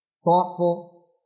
thoughtful